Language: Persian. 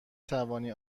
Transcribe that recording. توانی